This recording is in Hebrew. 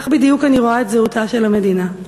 כך בדיוק אני רואה את זהותה של המדינה.